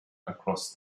across